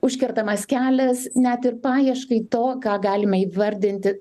užkertamas kelias net ir paieškai to ką galime įvardinti